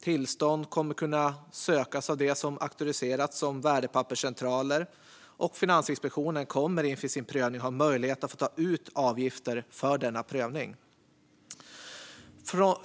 Tillstånd kommer att kunna sökas av dem som auktoriserats som värdepapperscentraler, och Finansinspektionen kommer inför sin prövning att ha möjlighet att ta ut avgifter för denna prövning.